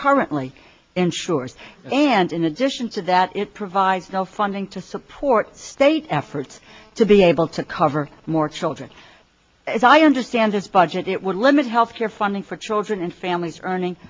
currently ensures and in addition to that it provides no funding to support state efforts to be able to cover more children as i understand this budget it would limit health care funding for children and families earning